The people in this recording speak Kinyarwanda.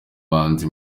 bahanzi